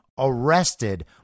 arrested